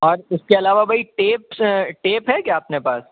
اور اس کے علاوہ بھائی ٹیپس ٹیپ ہے کیا اپنے پاس